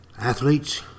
Athletes